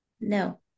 No